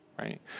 right